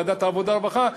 ועדת העבודה והרווחה,